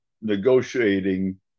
negotiating